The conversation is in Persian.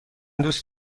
دوست